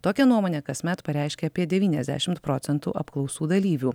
tokią nuomonę kasmet pareiškia apie devyniasdešim procentų apklausų dalyvių